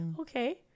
Okay